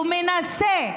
ומנסה,